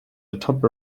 atop